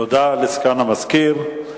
תודה לסגן המזכירה.